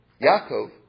Yaakov